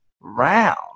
round